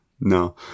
No